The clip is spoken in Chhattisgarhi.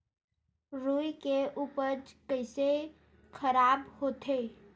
रुई के उपज कइसे खराब होथे?